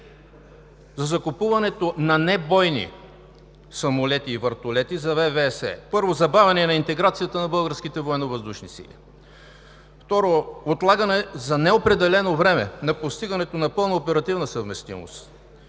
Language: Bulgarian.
за закупуването на небойни самолети и вертолети за ВВС е – първо, забавяне на интеграцията на българските военновъздушни сили. Второ, отлагане за неопределено време на постигането на пълна оперативна съвместимост